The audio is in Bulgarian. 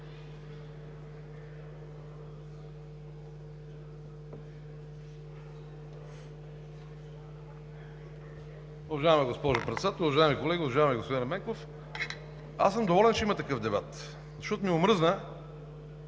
аз съм доволен, че има такъв дебат, защото ми омръзна